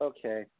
Okay